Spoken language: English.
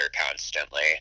constantly